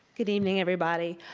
good evening everybody.